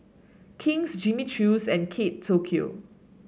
King's Jimmy Choo's and Kate Tokyo